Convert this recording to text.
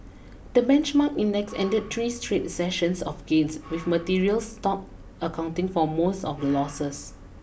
the benchmark index ended three straight sessions of gains with materials stock accounting for most of the losses